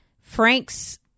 Frank's